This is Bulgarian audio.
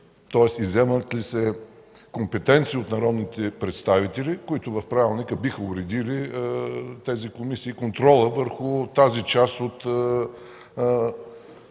Тоест, изземват ли се компетенции от народните представители, които в правилника биха уредили тези комисии и контрола върху тази част от